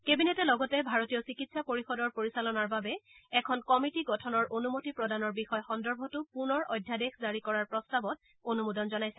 কেবিনেটে লগতে ভাৰতীয় চিকিৎসা পৰিষদৰ পৰিচালনাৰ বাবে এখন কমিটী গঠনৰ অনুমতি প্ৰদানৰ বিষয় সন্দৰ্ভতো পুনৰ অধ্যাদেশ জাৰি কৰাৰ প্ৰস্তাৱত অনুমোদন জনাইছে